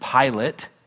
Pilate